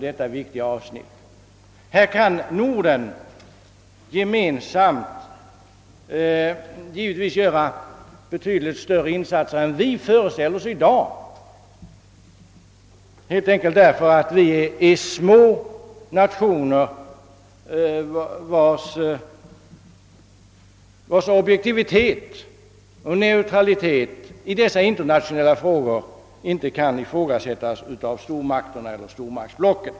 Härvidlag kan Norden gemensamt göra betydligt större insatser än vi kan föreställa oss i dag, helt enkelt därför att vi är små nationer vilkas objektivitet och neutralitet i dessa internationella frågor inte kan ifrågasättas av stormakterna eller stormaktsblocken.